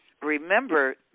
Remember